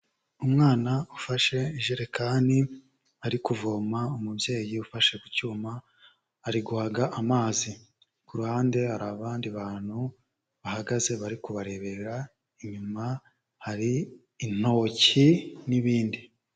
Umwana ufashe ijerekani ari kuvoma, umubyeyi ufashe ku cyuma ari guhaga amazi. Ku ruhande hari abandi bantu bahagaze bari kubarebera, inyuma hari intoki n'ibindi.